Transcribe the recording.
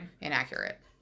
inaccurate